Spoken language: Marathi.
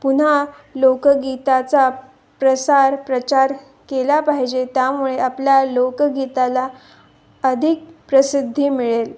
पुन्हा लोकगीताचा प्रसार प्रचार केला पाहिजे त्यामुळे आपल्या लोकगीताला अधिक प्रसिद्धी मिळेल